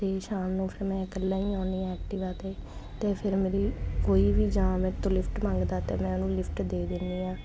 ਤੇ ਸ਼ਾਮ ਨੂੰ ਫਿਰ ਮੈਂ ਇਕੱਲਾ ਹੀ ਆਉਂਦੀ ਆ ਐਕਟੀਵਾ ਤੇ ਫਿਰ ਮੇਰੀ ਕੋਈ ਵੀ ਜਾਂ ਮੇਰੇ ਤੋਂ ਲਿਫਟ ਮੰਗਦਾ ਤੇ ਮੈਂ ਉਹਨੂੰ ਲਿਫਟ ਦੇ ਦਿੰਦੀ ਆਂ